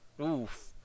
Oof